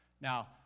Now